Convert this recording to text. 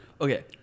Okay